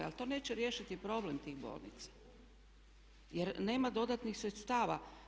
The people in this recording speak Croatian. Ali to neće riješiti problem tih bolnica jer nema dodatnih sredstava.